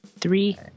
Three